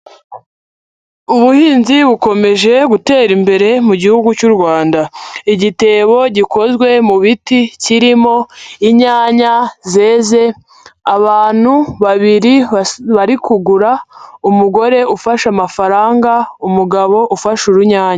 Ubuhinzi bukomeje gutera imbere mu gihugu cy'u Rwanda, igitebo gikozwe mu biti kirimo inyanya zeze, abantu babiri bari kugura, umugore ufashe amafaranga, umugabo ufashe urunyanya.